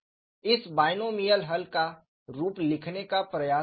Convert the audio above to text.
इस बाएनोमिअल हल का रूप लिखने का प्रयास कीजिए